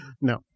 No